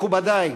מכובדי,